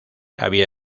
había